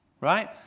right